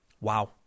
Wow